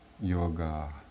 Yoga